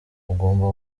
ugomba